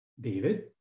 David